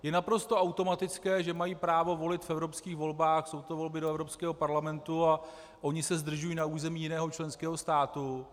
Je naprosto automatické, že mají právo volit v evropských volbách, jsou to volby do Evropského parlamentu a oni se zdržují na území jiného členského státu.